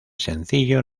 sencillo